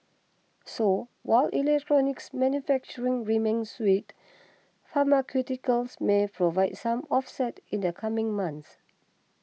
so while electronics manufacturing remains weak pharmaceuticals may provide some offset in the coming months